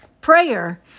prayer